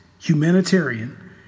humanitarian